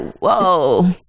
whoa